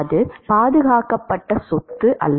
அது பாதுகாக்கப்பட்ட சொத்து அல்ல